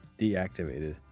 deactivated